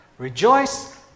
Rejoice